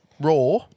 raw